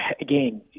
again